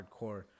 hardcore